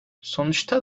sonuçta